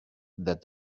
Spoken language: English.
that